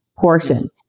portion